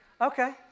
Okay